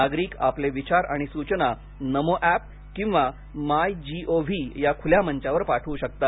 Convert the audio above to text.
नागरिक आपले विचार आणि सूचना नमो एप किंवा माय जी ओ व्ही या खुल्या मंचावर पाठवू शकतात